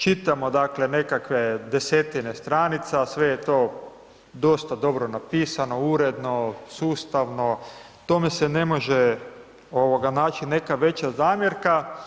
Čitamo dakle, nekakve desetine stranica, sve je to dosta dobro napisano, uredno, sustavno, tome se ne može naći neka veća zamjerka.